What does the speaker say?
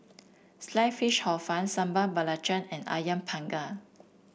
Sliced Fish Hor Fun Sambal Belacan and ayam Panggang